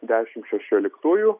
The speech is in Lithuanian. dešimt šešioliktųjų